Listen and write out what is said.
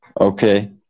Okay